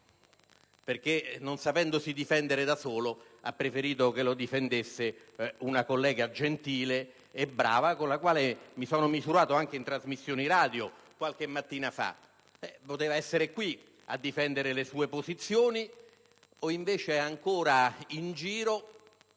perché non sapendosi difendere da solo ha preferito che lo difendesse una collega gentile e brava con la quale mi sono misurato anche in trasmissioni radiofoniche qualche mattina fa. Poteva essere qui a difendere le sue posizioni ed invece è ancora in giro.